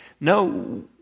No